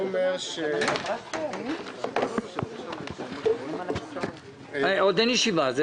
אתה רוצה עוד שעה לחזור אלינו לפה?